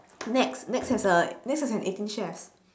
nex nex has a nex has an eighteen chefs